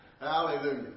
Hallelujah